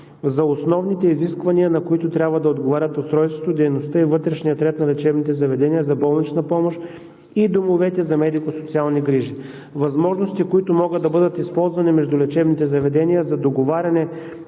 за основните изисквания, на които трябва да отговарят устройството, дейността и вътрешния ред на лечебните заведения за болнична помощ и домовете за социални грижи. Възможности, които могат да бъдат използвани между лечебните заведения за договаряне